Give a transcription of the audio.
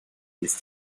ist